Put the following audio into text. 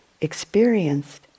experienced